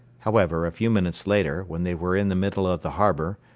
however, a few minutes later, when they were in the middle of the harbour,